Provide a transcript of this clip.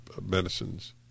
medicines